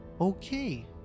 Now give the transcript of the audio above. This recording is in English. okay